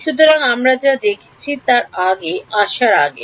সুতরাং আমরা যা দেখেছি তার আগে আসার আগে